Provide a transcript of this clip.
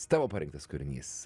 tavo parinktas kūrinys